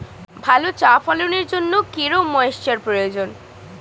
ভালো চা ফলনের জন্য কেরম ময়স্চার প্রয়োজন?